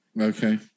Okay